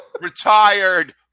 Retired